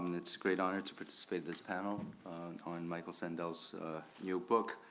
it's great honor to participate this panel on michael sandel's new book.